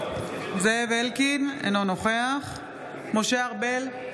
אינו נוכח משה ארבל,